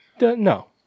No